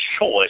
choice